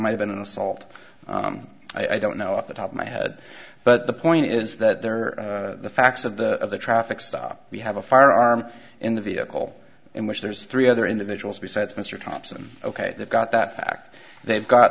might have been an assault i don't know off the top of my head but the point is that there are the facts of the of the traffic stop we have a firearm in the vehicle in which there's three other individuals besides mr thompson ok they've got that fact they've got